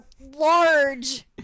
large